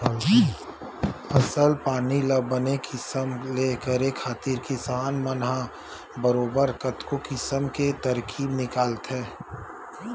फसल पानी ल बने किसम ले करे खातिर किसान मन ह बरोबर कतको किसम के तरकीब निकालथे